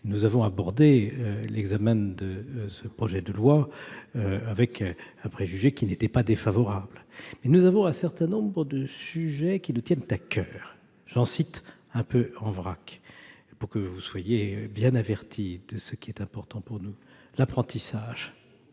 Nous avons abordé l'examen de ce projet de loi avec un préjugé qui n'était pas défavorable. Mais certains sujets nous tiennent à coeur, et je vais les citer en vrac, pour que vous soyez bien averti de ce qui est important pour nous : l'apprentissage,